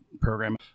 program